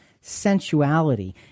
sensuality